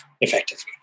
effectively